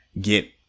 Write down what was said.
get